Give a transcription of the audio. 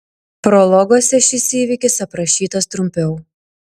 prologuose šis įvykis aprašytas trumpiau